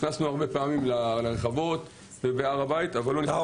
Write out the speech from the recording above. נכנסנו הרבה פעמים לרחבות בהר הבית אבל לא למסגדים.